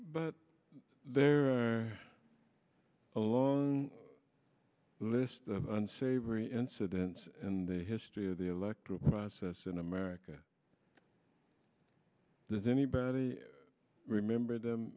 but they're a long list of unsavory incidents in the history of the electoral process in america does anybody remember them